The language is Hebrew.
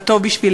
מה טוב בשבילנו.